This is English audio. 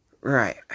right